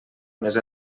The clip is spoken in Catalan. més